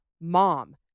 mom